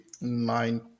nine